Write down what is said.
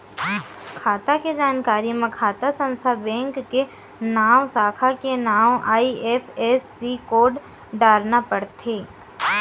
खाता के जानकारी म खाता संख्या, बेंक के नांव, साखा के नांव, आई.एफ.एस.सी कोड डारना परथे